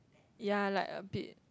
ya like a bit